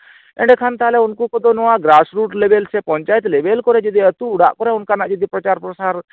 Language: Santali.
ᱮᱸᱰᱮᱠᱷᱟᱱ ᱛᱟᱦᱞᱮ ᱩᱱᱠᱩ ᱠᱚᱫᱚ ᱱᱚᱣᱟ ᱜᱨᱟᱥ ᱨᱩᱴ ᱞᱮᱵᱮᱞ ᱥᱮ ᱯᱚᱧᱪᱟᱭᱮᱛ ᱞᱮᱵᱮᱞ ᱠᱚᱨᱮ ᱡᱩᱫᱤ ᱟᱹᱛᱩ ᱚᱲᱟᱜ ᱠᱚᱨᱮ ᱚᱱᱠᱟᱱᱟᱜ ᱡᱩᱫᱤ ᱯᱨᱚᱪᱟᱨ ᱯᱨᱚᱥᱟᱨ